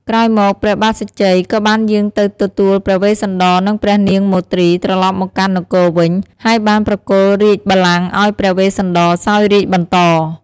ក្រោយមក ព្រះបាទសញ្ជ័យក៏បានយាងទៅទទួលព្រះវេស្សន្តរ និងព្រះនាងមទ្រី ត្រឡប់មកកាន់នគរវិញ ហើយបានប្រគល់រាជបល្ល័ង្កឱ្យព្រះវេស្សន្តរសោយរាជ្យបន្ត។